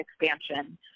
expansion